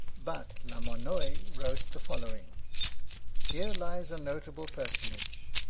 but la monnoye wrote the following here lies a notable personage,